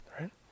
Right